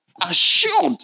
assured